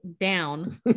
down